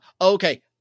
Okay